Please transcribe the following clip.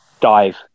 dive